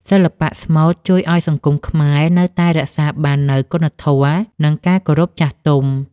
សិល្បៈស្មូតជួយឱ្យសង្គមខ្មែរនៅតែរក្សាបាននូវគុណធម៌ និងការគោរពចាស់ទុំ។